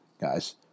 guys